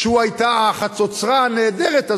שהוא היה החצוצרה הנהדרת הזאת,